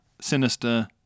Sinister